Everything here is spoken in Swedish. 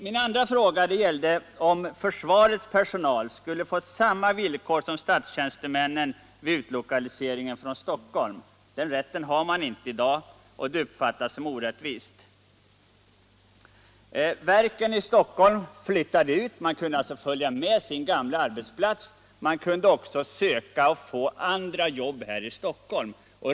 Min andra fråga gällde om försvarets personal skulle få samma villkor som statstjänstemännen fått vid utlokaliseringen från Stockholm. Det har man inte i dag, och det uppfattas som orättvist. När verk flyttades ut från Stockholm kunde personalen antingen följa med eller söka nya jobb i Stockholm.